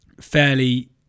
fairly